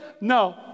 No